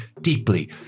deeply